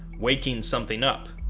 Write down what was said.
waking something up.